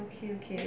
okay okay